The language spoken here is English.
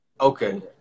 Okay